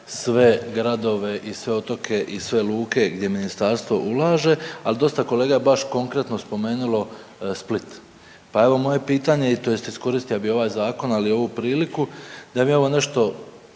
sve gradove i sve otoke i sve luke gdje ministarstvo ulaže, al dosta kolega je baš konkretno spomenulo Split. Pa evo moje pitanje i tj. iskoristio bi ovaj zakon, ali i ovu priliku, da mi evo nešto